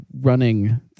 running